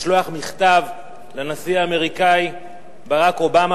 לשלוח מכתב לנשיא האמריקני ברק אובמה